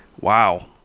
Wow